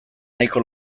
nahiko